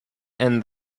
and